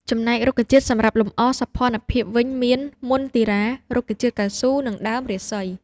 ចំណែករុក្ខជាតិសម្រាប់លម្អសោភ័ណភាពវិញមាន មន្ទីរ៉ា , រុក្ខជាតិកៅស៊ូ , និងដើមរាសី ។